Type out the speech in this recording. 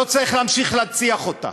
לא צריך להמשיך להנציח אותה.